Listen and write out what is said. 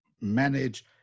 manage